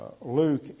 Luke